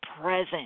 present